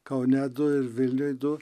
kaune du ir vilniuj du